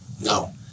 no